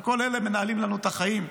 וכל אלה מנהלים לנו את החיים,